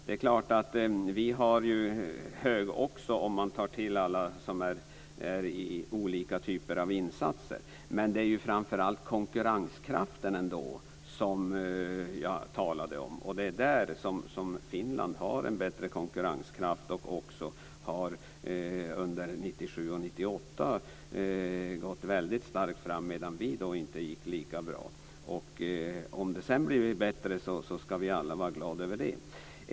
Vi har ju också hög arbetslöshet om man räknar in alla som är föremål för olika typer av insatser. Men det var ju framför allt konkurrenskraften som jag talade om, och Finland har en bättre konkurrenskraft. Under 1997 och 1998 har Finland gått väldigt starkt framåt, medan det inte gick lika bra för oss. Om det sedan blir bättre, ska vi alla vara glada över det.